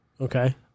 Okay